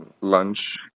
lunch